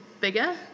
bigger